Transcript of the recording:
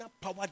power